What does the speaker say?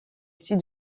sud